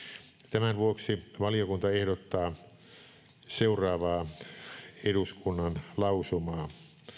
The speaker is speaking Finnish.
tämän vuoksi valiokunta ehdottaa seuraavaa eduskunnan lausumaa